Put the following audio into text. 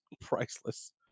priceless